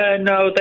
No